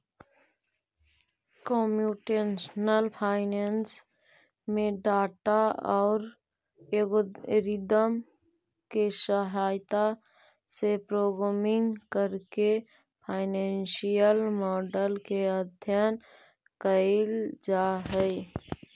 computational finance में data औउर algorithm के सहायता से प्रोग्रामिंग करके फाइनेंसियल मॉडल के अध्ययन कईल जा हई